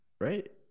right